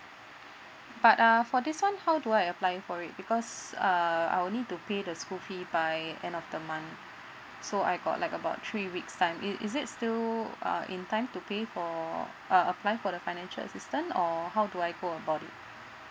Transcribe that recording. but err for this one how do I apply for it because uh I will need to pay the school fees by end of the month so I got like about three weeks time it is it still uh in time to pay for uh apply for the financial assistance or how do I go about it